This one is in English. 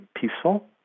peaceful